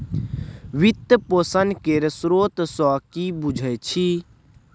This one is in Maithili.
वित्त पोषण केर स्रोत सँ कि बुझै छी